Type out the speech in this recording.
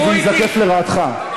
כי זה ייזקף לרעתך.